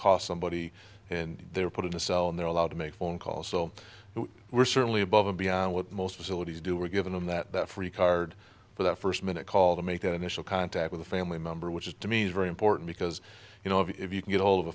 cost somebody and they're put in a cell and they're allowed to make phone calls so we're certainly above and beyond what most religious do we're given on that free card for that first minute call to make that initial contact with a family member which is to me is very important because you know if you can get all of a